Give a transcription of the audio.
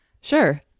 Sure